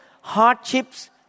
hardships